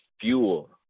fuel